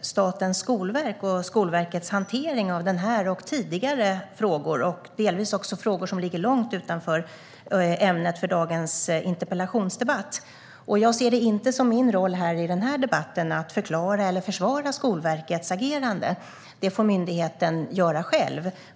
Statens skolverk och dess hantering av den här och tidigare frågor, delvis också frågor som ligger långt utanför ämnet för dagens interpellationsdebatt. Jag ser det inte som min roll i den här debatten att förklara eller försvara Skolverkets agerande. Det får myndigheten göra själv.